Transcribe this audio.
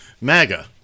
MAGA